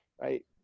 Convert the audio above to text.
right